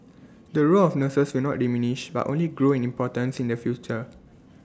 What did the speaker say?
the role of nurses will not diminish but only grow in importance in the future